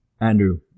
Andrew